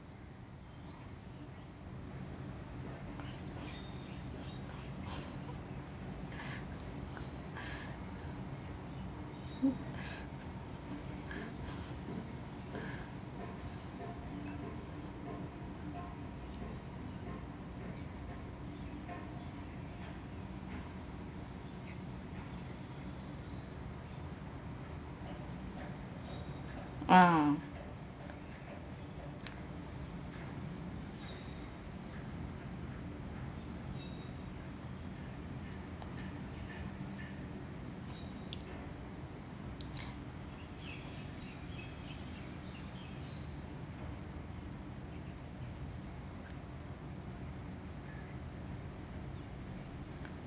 mm